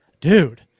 dude